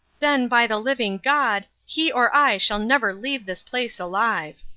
then, by the living god, he or i shall never leave this place alive.